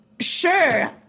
Sure